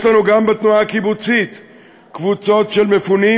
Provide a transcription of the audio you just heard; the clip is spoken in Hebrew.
יש לנו גם בתנועה הקיבוצית קבוצות של מפונים,